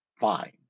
fine